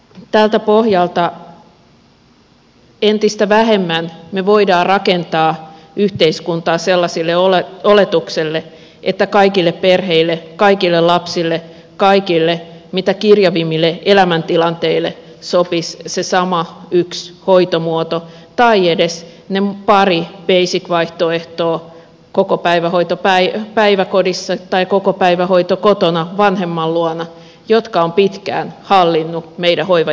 tältä pohjalta entistä vähemmän me voimme rakentaa yhteiskuntaa sellaiselle oletuksille että kaikille perheille kaikille lapsille kaikille mitä kirjavimmille elämäntilanteille sopisi se sama yksi hoitomuoto tai edes ne pari basic vaihtoehtoa kokopäivähoito päiväkodissa tai kokopäivähoito kotona vanhemman luona jotka ovat pitkään hallinneet meidän hoivajärjestelmää